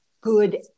good